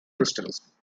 crystals